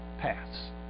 pass